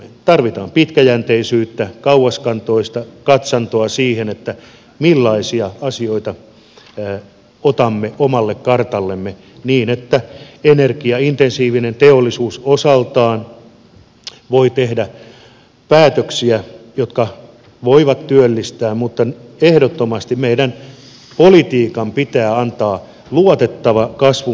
tarvitaan pitkäjänteisyyttä kauaskantoista katsantoa siihen millaisia asioita otamme omalle kartallemme niin että energiaintensiivinen teollisuus osaltaan voi tehdä päätöksiä jotka voivat työllistää mutta ehdottomasti meidän politiikan pitää antaa luotettava kasvun mahdollisuus teollisuudelle